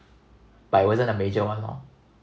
but it wasn't a major one lor